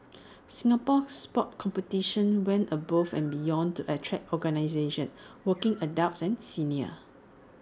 Singapore Sport competitions went above and beyond to attract organisations working adults and seniors